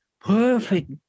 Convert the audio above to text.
perfect